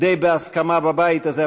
די בהסכמה בבית הזה,